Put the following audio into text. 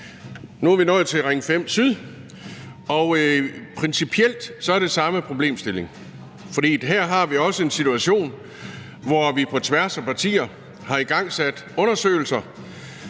nu er vi nået til Ring 5-Syd, og principielt er det den samme problemstilling, for her har vi også en situation, hvor vi på tværs af partier har igangsat undersøgelser